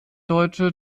deutsche